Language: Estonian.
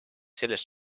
sellest